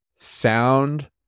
sound